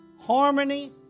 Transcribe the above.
harmony